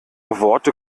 worte